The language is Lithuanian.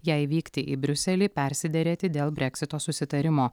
jai vykti į briuselį persiderėti dėl breksito susitarimo